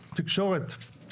תקשורת.